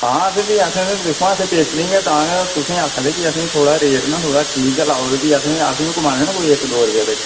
आं फ्ही असें ते दिक्खो हां असें बेचनी गै तां गै तुसेंगी आक्खा दे के असेंगी थोह्ड़ा रेट ना थोह्ड़ा ठीक के लाओ फ्ही असें असें बी कमाने ना कोई इक दो रपेआ बिच